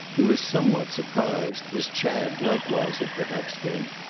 he was somewhat surprised, as chad likewise had perhaps been,